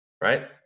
Right